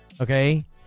Okay